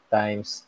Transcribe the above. times